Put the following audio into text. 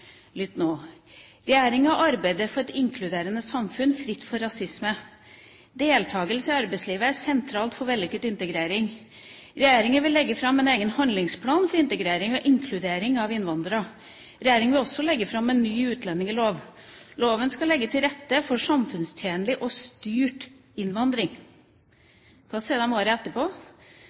regjeringa – lytt nå: «Regjeringen arbeider for et inkluderende samfunn, fritt for rasisme. Deltagelse i arbeidslivet er sentralt for en vellykket integrering. Regjeringen vil legge frem en egen handlingsplan for integrering og inkludering av innvandrere. Regjeringen vil også legge frem forslag til en ny utlendingslov. Loven skal legge til rette for en samfunnstjenlig og styrt innvandring.» Hva sier de året etterpå?